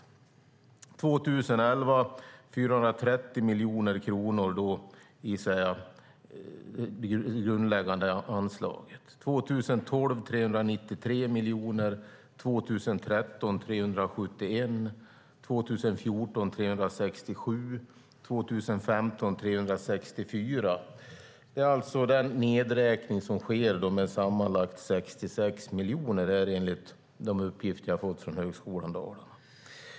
År 2011 gavs det 430 miljoner kronor i grundläggande anslag, 2012 är det 393 miljoner, 2013 blir det 371 miljoner, 2014 räknar man med 367 miljoner och 2015 är det nere på 364 miljoner. Det är alltså den nedräkning med sammanlagt 66 miljoner som sker, enligt de uppgifter som jag har fått från Högskolan Dalarna.